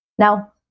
Now